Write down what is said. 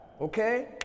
okay